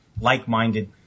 like-minded